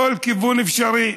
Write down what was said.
מכל כיוון אפשרי.